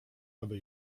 aby